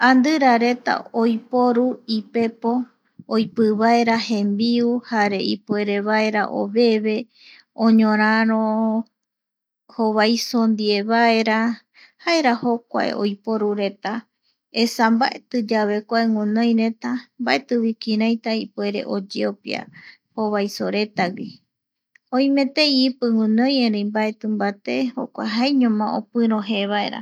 Andira reta oiporu ipepepo oipi vaera jembiu jare ipuere vaera oveve, oñoraro (pausa) jovaiso ndie vaera, jaera jokua oiporu. Esa mbaetiyave kua guinoireta mbaetivi kiraita oyeopia jovaisoretagui. Oimetei ipi guinoi erei mbaeti mbaté jokua jaeñoma opirö je vaera.